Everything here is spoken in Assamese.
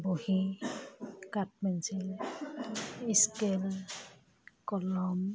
বহী কাঠ পেঞ্চিল স্কেল কলম